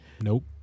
Nope